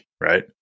right